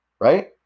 Right